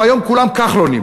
היום כולם כחלונים,